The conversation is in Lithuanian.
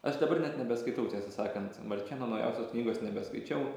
aš dabar net nebeskaitau tiesą sakant marčėno naujausios knygos nebeskaičiau